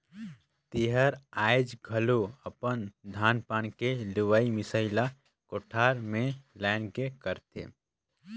तेहर आयाज घलो अपन धान पान के लुवई मिसई ला कोठार में लान के करथे